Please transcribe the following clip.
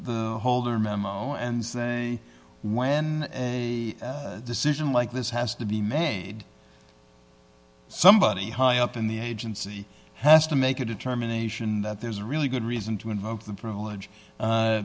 the holder memo and say when a decision like this has to be made somebody high up in the agency has to make a determination that there's a really good reason to invoke the privilege